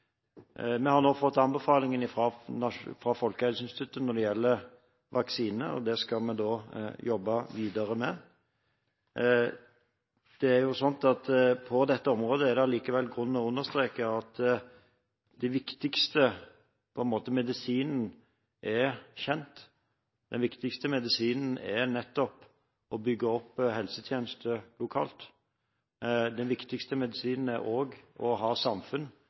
Vi har nå fått anbefalingen fra Folkehelseinstituttet når det gjelder vaksine, og det skal vi jobbe videre med. Det er likevel grunn til å understreke at på dette området er den viktigste «medisinen» kjent: Den viktigste medisinen er nettopp å bygge opp helsetjenester lokalt. Den viktigste medisinen er også å ha samfunn